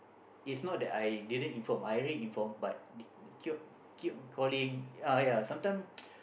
it's not that I didn't inform I already inform but they keep on they keep on calling ya ya sometime